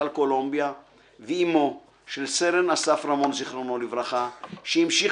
קולומביה והיא אמו של סרן אסף רמון זכרונו לברכה שהמשיך